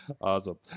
awesome